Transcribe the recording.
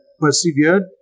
persevered